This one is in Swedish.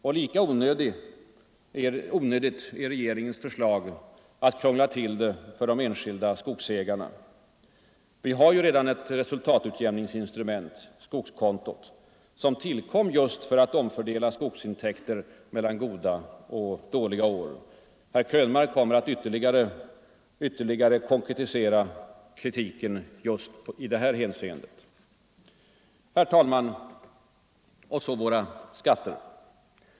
Och lika onödigt är regeringens förslag att krångla till det för de enskilda skogsägarna. Vi har ju redan ett resultatutjämningsinstrument — skogskontot — som tillkom just för att omfördela skogsintäkter mellan goda och dåliga år. Herr Krönmark kommer att ytterligare konkretisera kritiken just i det hänseendet. Herr talman! Och så våra skatter!